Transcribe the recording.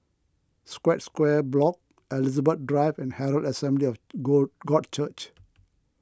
Scotts Square Block Elizabeth Drive and Herald Assembly God God Church